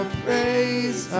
praise